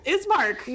Ismark